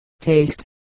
taste